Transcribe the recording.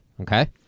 okay